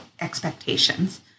expectations